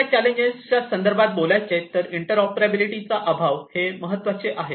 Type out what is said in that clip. दुसऱ्या चॅलेंजेसच्या संदर्भात बोलायचे तर इंटरोपरेबिलिटी चा अभाव हे महत्त्वाचे आहे